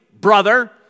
brother